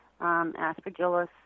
aspergillus